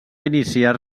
iniciar